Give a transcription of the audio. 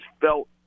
felt